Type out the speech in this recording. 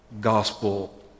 gospel